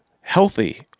healthy